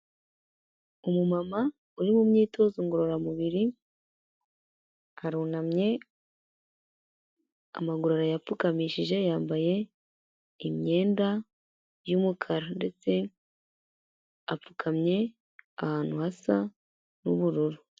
Umumama uri mu myitozo ngororamubiri arunamye, amaguru arayapfukamishije, yambaye imyenda y'umukara ndetse apfukamye ahantu hasa n'ubururu.